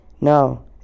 No